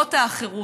למרות האחרוּת.